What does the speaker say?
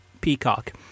Peacock